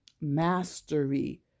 mastery